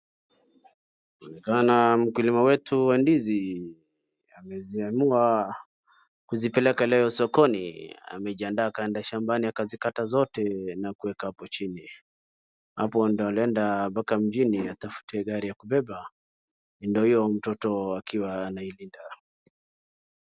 Inaonekana mkulima wetu wa ndizi ameziamua kuzipeleka leo sokoni. Amejiadaa akaenda shambani akazikata zote nakuweka hapo chini. Hapo ndo alienda mpaka mjini atafute gari ya kubeba. Ndio huyo mtoto akiwa anailinda.